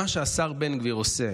מה שהשר גביר עושה